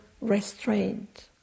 restraint